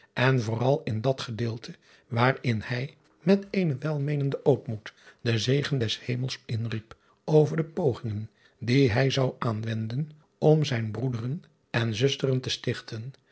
en vooral in dat gedeelte waarin hij met eenen welmeenenden ootmoed den zegen des emels inriep over de pogingen die hij zou aanwenden om zijne broederen en zusteren de stichten